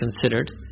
considered